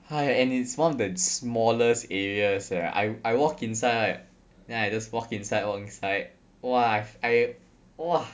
!hais! and it's one of the smallest areas eh I I walk inside right then I just walk inside walk inside !wah! I I !wah!